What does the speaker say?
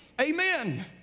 Amen